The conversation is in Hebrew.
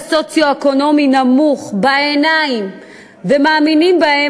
סוציו-אקונומי נמוך בעיניים ומאמינים בהם,